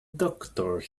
doctor